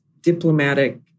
diplomatic